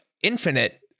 infinite